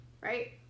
right